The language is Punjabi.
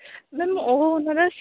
ਮੈਮ ਉਹ ਨਾ